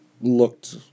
looked